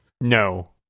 no